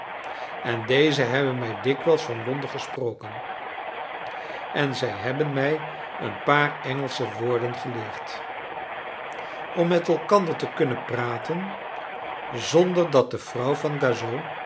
en deze hebben mij dikwijls van londen gesproken en zij hebben mij een paar engelsche woorden geleerd om met elkander te kunnen praten zonder dat de vrouw van